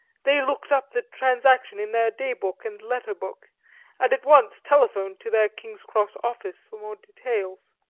they looked up the transaction in their day-book and letter-book, and at once telephoned to their king's cross office for more details.